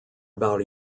about